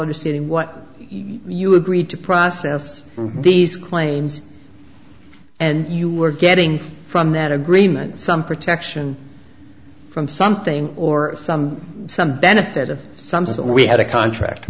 understanding what you agreed to process these claims and you were getting from that agreement some protection from something or some some benefit of some sort we had a contract